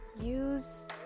use